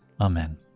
Amen